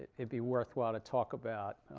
it'd be worthwhile to talk about.